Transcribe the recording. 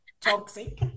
Toxic